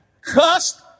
Cussed